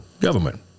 government